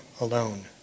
alone